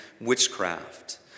witchcraft